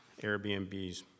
Airbnbs